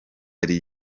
igira